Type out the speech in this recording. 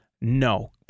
No